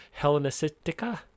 Hellenistica